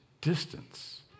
distance